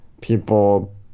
people